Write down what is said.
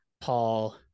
Paul